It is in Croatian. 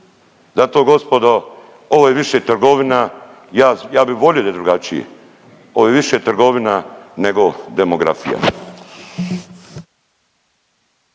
Zato gospodo ovo je više trgovina. Ja bih volio da je drugačije. Ovo je više trgovina nego demografija.